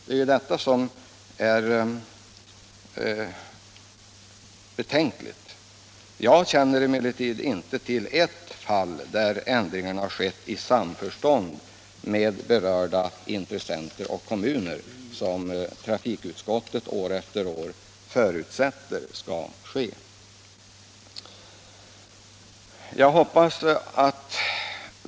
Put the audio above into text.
Det är detta som är betänkligt. Jag känner inte till ett enda fall där ändringarna har skett i samförstånd med berörda intressenter och kommuner, som alltså trafikutskottet år efter år förutsätter.